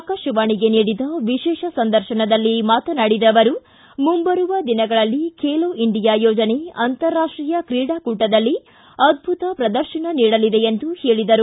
ಆಕಾಶವಾಣಿಗೆ ನೀಡಿದ ವಿಶೇಷ ಸಂದರ್ತದಲ್ಲಿ ಮಾತನಾಡಿದ ಅವರು ಮುಂಬರುವ ದಿನಗಳಲ್ಲಿ ಖೇಲೋ ಇಂಡಿಯಾ ಯೋಜನೆ ಅಂತರಾಷ್ಟೀಯ ಕ್ರೀಡಾ ಕೂಟ್ಟದಲ್ಲಿ ಅದ್ದುತ ಪ್ರದರ್ಶನ ನೀಡಲಿದೆ ಎಂದು ಹೇಳದರು